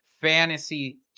fantasy